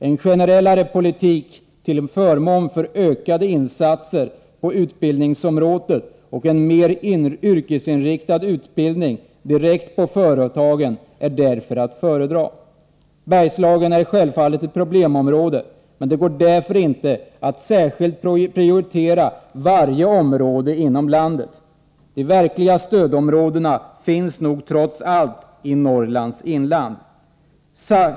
En generellare politik till förmån för ökade insatser på utbildningsområdet och en mer yrkesinriktad utbildning direkt på företagen är därför att föredra. Bergslagen är självfallet ett problemområde. Men det går inte att särskilt prioritera varje område inom landet. De verkliga stödområdena finns nog trots allt i Norrlands inland.